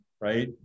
right